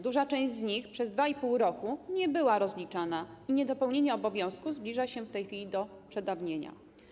Duża część z nich przez 2,5 roku nie była rozliczana i niedopełnienie obowiązku zbliża się w tej chwili do przedawnienia.